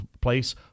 place